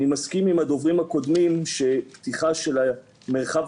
אני מסכים עם הדוברים הקודמים שפתיחה של המרחב